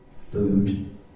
food